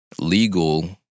legal